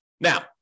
Now